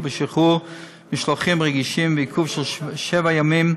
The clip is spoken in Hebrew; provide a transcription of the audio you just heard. בשחרור משלוחים רגישים ועיכוב של שבעה ימי